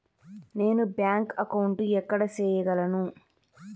నేను bank account ఎక్కడ సేయగలను